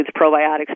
probiotics